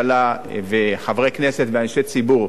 בוודאי ממשלה וחברי כנסת ואנשי ציבור,